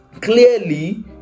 clearly